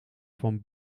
van